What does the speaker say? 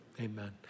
amen